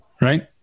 right